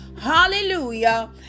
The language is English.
hallelujah